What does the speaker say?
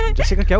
um jessica,